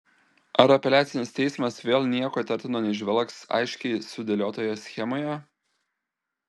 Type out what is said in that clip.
ar apeliacinis teismas vėl nieko įtartino neįžvelgs aiškiai sudėliotoje schemoje